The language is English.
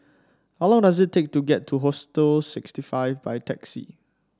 how long does it take to get to Hostel sixty five by taxi